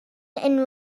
and